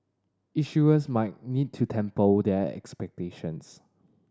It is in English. issuers might need to temper their expectations